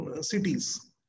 cities